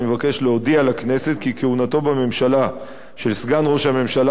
אני מבקש להודיע לכנסת כי כהונתו בממשלה של סגן ראש הממשלה